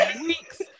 weeks